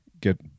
get